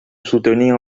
soutenir